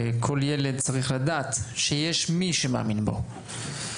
כל ילד צריך לדעת, שיש מי שמאמין בו.